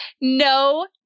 No